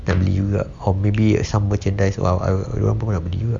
nak beli juga or maybe some merchandise or or apa I beli juga